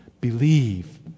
Believe